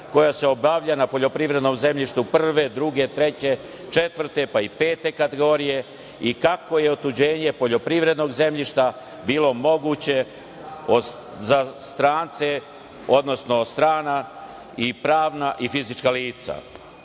koja se obavlja na poljoprivrednom zemljištu prve, druge, treće, četvrte, pa i pete kategorije i kako je otuđenje poljoprivrednog zemljišta bilo moguće za strance, odnosno strana i pravna i fizička